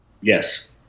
Yes